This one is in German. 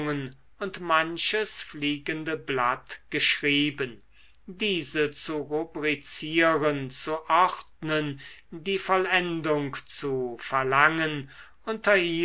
und manches fliegende blatt geschrieben diese zu rubrizieren zu ordnen die vollendung zu verlangen